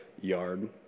yard